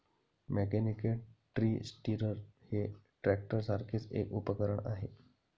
mechanical tree stirrer हे ट्रॅक्टरसारखेच एक उपकरण आहे